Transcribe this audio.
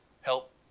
help